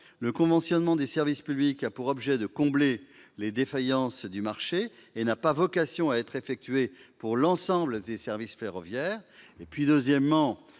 le conventionnement des services publics a pour objet de combler les défaillances du marché et n'a pas vocation à être effectué pour l'ensemble des services ferroviaires. D'autre